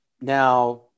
now